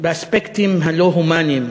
באספקטים הלא-הומניים,